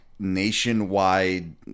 nationwide